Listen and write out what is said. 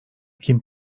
kim